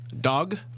Dog